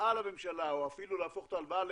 כהלוואה לממשלה או אפילו להפוך את ההלוואה למענק,